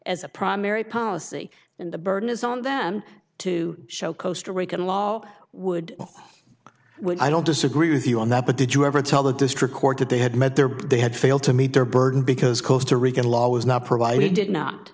a primary policy and the burden is on them to show coaster wakin law would win i don't disagree with you on that but did you ever tell the district court that they had met their they had failed to meet their burden because costa rican law was not provided did not